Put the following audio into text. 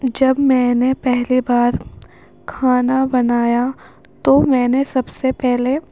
جب میں نے پہلی بار کھانا بنایا تو میں نے سب سے پہلے